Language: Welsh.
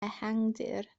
ehangdir